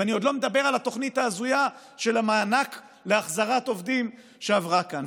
ואני עוד לא מדבר על התוכנית ההזויה של המענק להחזרת עובדים שעברה כאן.